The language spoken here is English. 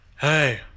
Hey